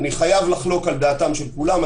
אני חייב לחלוק על דעתם של כולם.